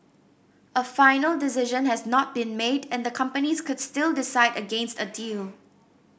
a final decision has not been made and the companies could still decide against a deal